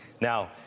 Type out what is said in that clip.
Now